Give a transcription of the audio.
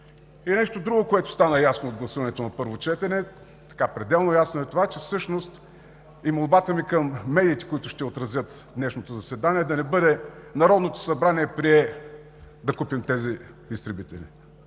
И нещо друго, което стана ясно от гласуването на първо четене – пределно ясно е. Молбата ми към медиите, които ще отразят днешното заседание, да не бъде: „Народното събрание прие да купим тези изтребители“